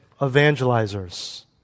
evangelizers